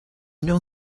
know